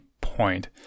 point